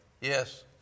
Yes